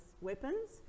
weapons